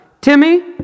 Timmy